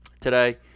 today